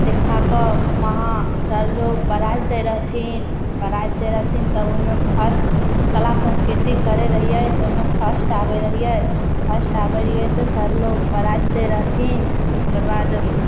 देखा कऽ वहाँ सरलोग प्राइज दै रहथिन प्राइज दै रहथिन तऽ ओहिमे फर्स्ट कला संस्कीर्ति करै रहियै तऽ ओहिमे फर्स्ट आबै रहियै फर्स्ट आबै रहियै तऽ सर लोग प्राइज दै रहथिन ओकर बाद